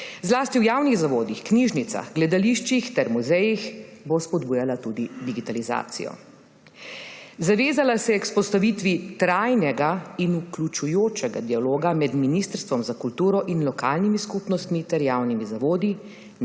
Zlasti v javnih zavodih, knjižnicah, gledališčih ter muzejih bo spodbujala tudi digitalizacijo. Zavezala se je k vzpostavitvi trajnega in vključujočega dialoga med Ministrstvom za kulturo in lokalnimi skupnostmi ter javnimi zavodi,